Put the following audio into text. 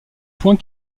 point